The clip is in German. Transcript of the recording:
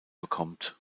bekommt